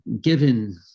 given